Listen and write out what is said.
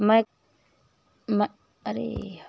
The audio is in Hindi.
मैं कारखाना खोलने के लिए बैंक से ऋण कैसे प्राप्त कर सकता हूँ?